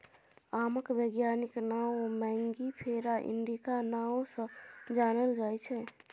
आमक बैज्ञानिक नाओ मैंगिफेरा इंडिका नाओ सँ जानल जाइ छै